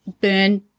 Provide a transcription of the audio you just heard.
burn